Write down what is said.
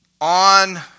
on